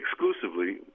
exclusively